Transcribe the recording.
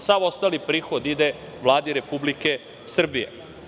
Sav ostali prihod ide Vladi Republike Srbije.